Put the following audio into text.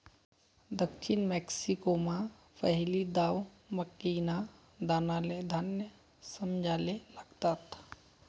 दक्षिण मेक्सिकोमा पहिली दाव मक्कीना दानाले धान्य समजाले लागनात